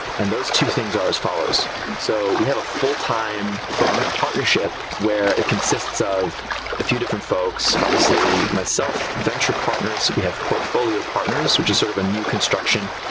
and those two things are as follows so we have a full-time firm and partnership where it consists of a few different folks, obviously myself, venture partners. we have portfolio partners, which is sort of a new construction,